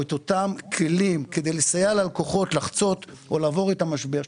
או תאפשר את אותם כלים כדי לסייע ללקוחות לחצות או לעבור את המשבר.